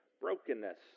brokenness